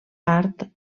art